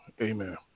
Amen